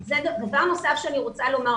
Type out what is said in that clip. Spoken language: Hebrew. דבר נוסף שאני רוצה לומר.